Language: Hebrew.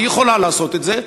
היא יכולה לעשות את זה,